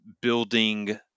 building